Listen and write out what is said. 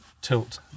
tilt